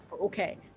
okay